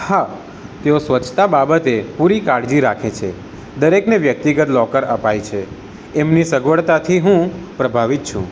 હા તેઓ સ્વચ્છતા બાબતે પૂરી કાળજી રાખે છે દરેકને વ્યક્તિગત લોકર અપાય છે એમની સગવડતાથી હું પ્રભાવિત છું